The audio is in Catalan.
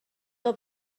del